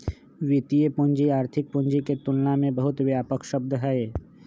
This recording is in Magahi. वित्तीय पूंजी आर्थिक पूंजी के तुलना में बहुत व्यापक शब्द हई